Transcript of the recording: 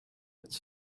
its